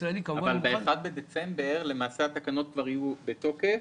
ב-1 בדצמבר התקנות למעשה יהיו כבר בתוקף,